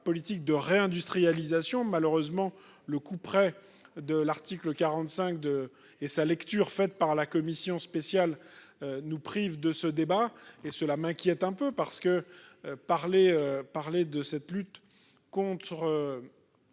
politique de réindustrialisation malheureusement le couperet de l'article 45 de et sa lecture faite par la commission spéciale. Nous prive de ce débat et cela m'inquiète un peu parce que parler, parler de cette lutte contre.